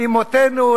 לאמותינו,